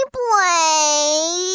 play